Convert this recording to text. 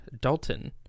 dalton